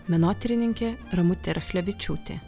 menotyrininkė ramutė rachlevičiūtė